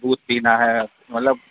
दूध पीना है मतलब